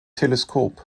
teleskop